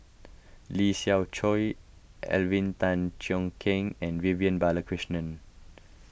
Lee Siew Choh Alvin Tan Cheong Kheng and Vivian Balakrishnan